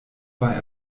war